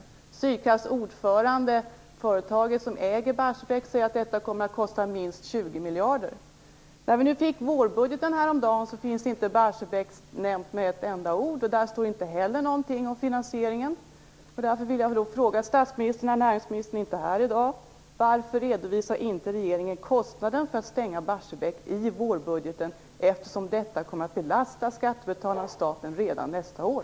Ordföranden i Sydkraft, företaget som äger Barsebäck, säger att detta kommer att kosta minst 20 miljarder. I vårbudgeten, som vi fick häromdagen, finns inte Barsebäck nämnt med ett enda ord. Där står inte heller någonting om finansieringen. Eftersom näringsministern inte är här i dag vill jag fråga statsministern varför inte regeringen i vårbudgeten redovisar kostnaden för att stänga Barsebäck, eftersom kostnaderna kommer att belasta skattebetalarna och staten redan nästa år.